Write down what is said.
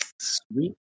Sweet